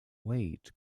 wait